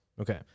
Okay